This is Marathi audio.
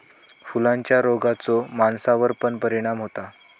फुलांच्या रोगाचो माणसावर पण परिणाम होता